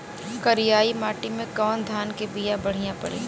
करियाई माटी मे कवन धान के बिया बढ़ियां पड़ी?